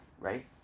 right